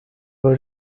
were